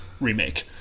remake